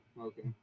Okay